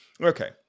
Okay